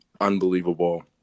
unbelievable